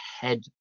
head